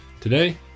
Today